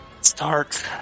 start